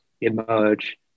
emerge